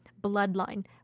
bloodline